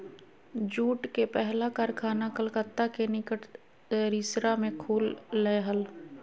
jute के पहला कारखाना कलकत्ता के निकट रिसरा में खुल लय हल